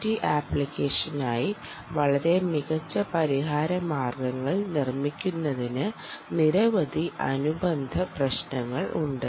T ആപ്ലിക്കേഷനായി വളരെ മികച്ച പരിഹാര മാർഗ്ഗത്തിൽ നിർമ്മിക്കുന്നതിന് നിരവധി അനുബന്ധ പ്രശ്നങ്ങൾ ഉണ്ട്